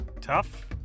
tough